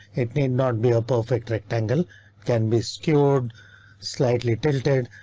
it need not be a perfect rectangle can be skewed slightly tilted,